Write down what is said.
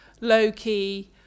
low-key